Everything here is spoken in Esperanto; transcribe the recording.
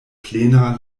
plena